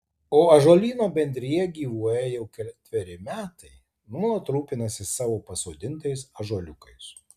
o ąžuolyno bendrija gyvuoja jau ketveri metai nuolat rūpinasi savo pasodintais ąžuoliukais